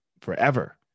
forever